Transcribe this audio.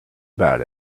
about